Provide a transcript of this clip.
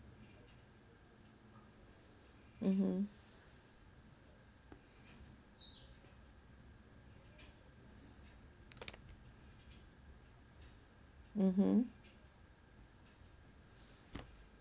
mmhmm mmhmm